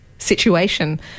Situation